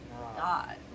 God